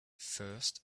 first